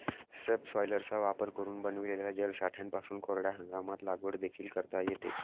सबसॉयलरचा वापर करून बनविलेल्या जलसाठ्यांपासून कोरड्या हंगामात लागवड देखील करता येते